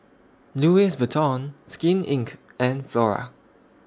Louis Vuitton Skin Inc and Flora